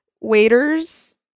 waiters